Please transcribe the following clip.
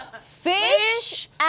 Fish